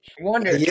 Wonder